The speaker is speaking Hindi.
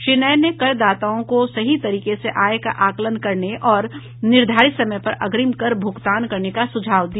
श्री नयन ने कर दाताओं को सही तरीके से आय का आकलन करने और निर्धारित समय पर अग्रिम कर भूगतान करने का सुझाव दिया